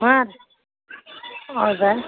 ಹಾಂ ರೀ ಹೌದಾ